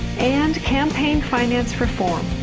and campaign finance reform.